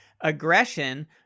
aggression